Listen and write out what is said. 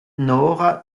nora